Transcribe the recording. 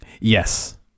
Yes